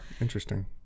Interesting